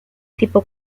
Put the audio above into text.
tipo